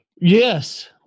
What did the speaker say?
Yes